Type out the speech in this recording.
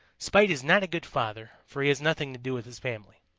spite is not a good father, for he has nothing to do with his family.